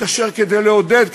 מתקשר כדי לעודד,